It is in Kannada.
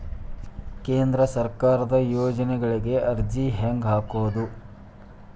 ಕೇಂದ್ರ ಸರ್ಕಾರದ ಯೋಜನೆಗಳಿಗೆ ಅರ್ಜಿ ಹೆಂಗೆ ಹಾಕೋದು?